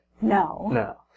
No